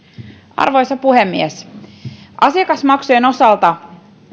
arvoisa puhemies asiakasmaksujen osalta